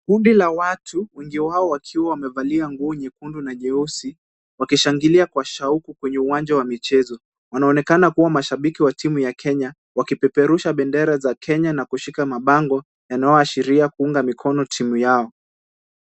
Kundi la watu wengi wao wakiwa wamevalia nguo nyekundu na nyeusi wakishangilia kwa shauku kwenye uwanja wa michezo. Wanaonekana kuwa mashabiki wa timu ya Kenya wakipeperusha bendera za Kenya na kushika mabango yanayoashiria kuunga mikono timu yao.